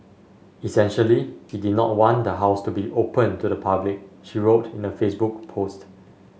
essentially he did not want the house to be open to the public she wrote in a Facebook post